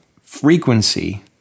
frequency